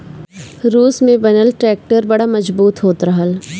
रूस में बनल ट्रैक्टर बड़ा मजबूत होत रहल